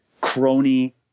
crony